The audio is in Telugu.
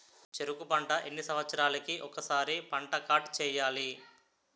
చెరుకు పంట ఎన్ని సంవత్సరాలకి ఒక్కసారి పంట కార్డ్ చెయ్యాలి?